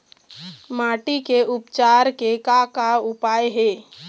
माटी के उपचार के का का उपाय हे?